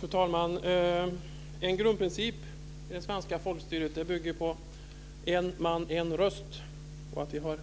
Fru talman! En grundprincip i det svenska folkstyret bygger på en man-en röst och att vi har